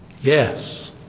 Yes